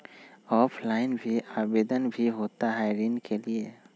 Offline भी आवेदन भी होता है ऋण के लिए?